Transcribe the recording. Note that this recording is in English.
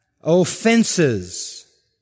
offenses